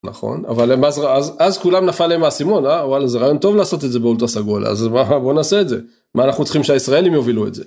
נכון, אבל הם אז אז כולם נפל עם הסימון, אהה ואללה זה רעיון טוב לעשות את זה באולטרה סגולה אז בוא נעשה את זה, מה אנחנו צריכים שהישראלים יובילו את זה?